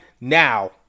now